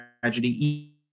tragedy